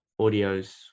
audios